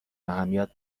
اهمیت